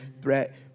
threat